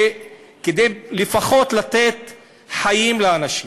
כדי לפחות לתת חיים לאנשים.